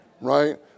Right